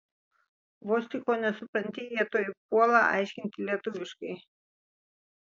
vos tik ko nesupranti jie tuoj puola aiškinti lietuviškai